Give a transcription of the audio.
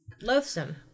Loathsome